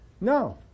No